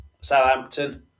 Southampton